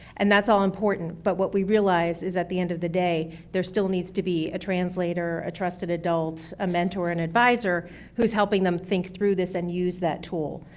and that's all important, but what we realize is at the end of the day, there still needs to be a translator a trusted adult, a mentor and advisor who's helping them think through this and use that tool.